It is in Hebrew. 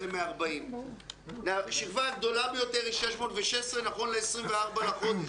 ל-140 השכבה הגדולה ביותר היא 616 נכון ל-24 בחודש.